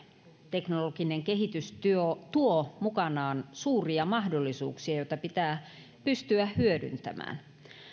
teknologinen kehitys tuo tuo mukanaan suuria mahdollisuuksia joita pitää pystyä hyödyntämään